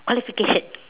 qualification